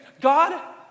God